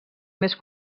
més